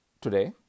today